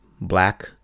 black